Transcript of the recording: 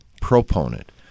proponent